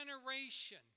generation